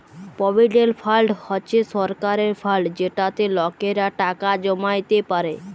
provident fund হছে সরকারের fund যেটতে লকেরা টাকা জমাইতে পারে